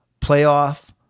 playoff